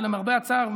ולמרבה הצער,